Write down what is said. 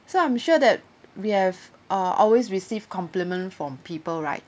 so I'm sure that we have uh always received compliment from people right